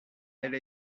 elle